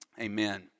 Amen